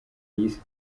yise